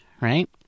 right